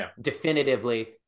definitively